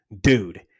Dude